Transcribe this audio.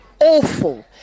awful